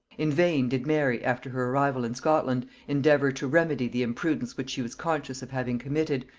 in vain did mary, after her arrival in scotland, endeavour to remedy the imprudence which she was conscious of having committed,